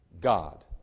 God